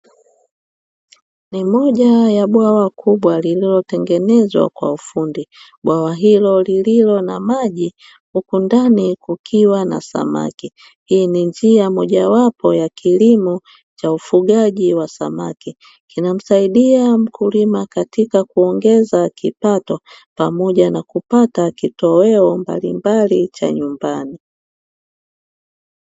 Ni moja ya bwawa kubwa lililo tengenezwa kwa ufundi, bwawa hilo lililo na maji huku ndani kukiwa na samaki, hii ni njia moja wapo ya kilimo cha ufugaji wa samaki, kinamsaidia mkulima katika kuongeza kipato pamoja na kupata kitoweo mbalimbali cha nyumbani.